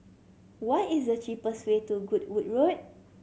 what is the cheapest way to Goodwood Road